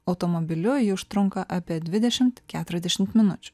automobiliu ji užtrunka apie dvidešimt keturiasdešimt minučių